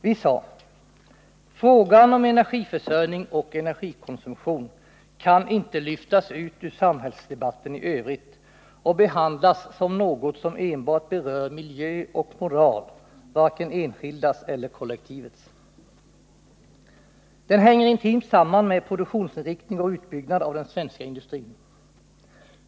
Vi sade: Frågan om energiförsörjning och energikonsumtion kan inte lyftas ut ur samhällsdebatten i övrigt och behandlas som något som enbart berör miljö och moral, vare sig enskildas eller kollektivets. Den hänger intimt samman med produktionsinriktning och utbyggnad av den svenska industrin.